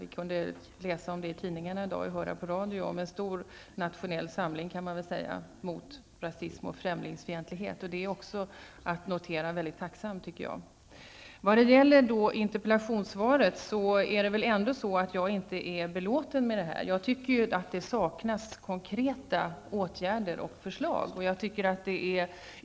Vi har i dag kunnat läsa i tidningarna och höra på radion om en stor nationell samling mot rasism och främlingsfientlighet. Detta tycker jag att man tacksamt skall notera. Jag är inte belåten med interpellationssvaret. Jag tycker att det saknas konkreta åtgärder och förslag.